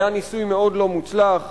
היה ניסוי מאוד לא מוצלח,